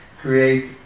create